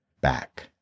back